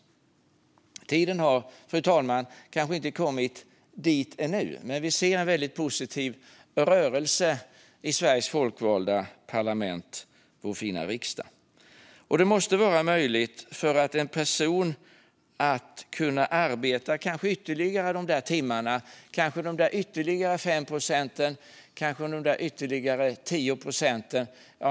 Tiden för detta har kanske inte kommit ännu, fru talman, men vi ser en väldigt positiv rörelse i Sveriges folkvalda parlament, vår fina riksdag. Det måste vara möjligt för en person att arbeta de där ytterligare timmarna, de där ytterligare 5 eller 10 procenten.